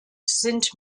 sind